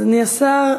אדוני השר.